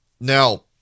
Now